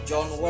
John